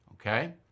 Okay